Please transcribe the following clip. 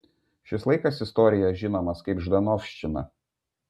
šis laikas istorijoje žinomas kaip ždanovščina